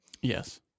Yes